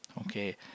Okay